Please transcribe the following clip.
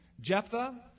Jephthah